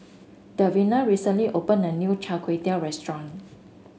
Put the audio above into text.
Davina recently opened a new Char Kway Teow restaurant